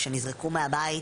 שנזרקו מהבית,